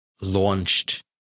launched